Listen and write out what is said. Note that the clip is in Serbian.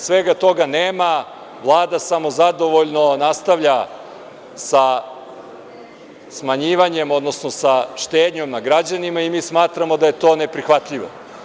Svega toga nema, Vlada samo zadovoljno nastavlja sa smanjivanjem, sa štednjom nad građanima i mi smatramo da je to neprihvatljivo.